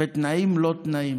במיעוט תקציבים, בתנאים לא תנאים.